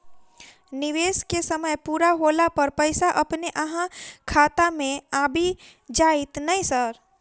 निवेश केँ समय पूरा होला पर पैसा अपने अहाँ खाता मे आबि जाइत नै सर?